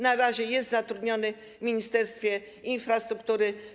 Na razie jest zatrudniony w Ministerstwie Infrastruktury.